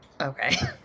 Okay